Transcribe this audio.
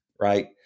right